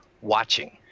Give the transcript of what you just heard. watching